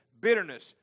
bitterness